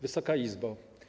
Wysoka Izbo!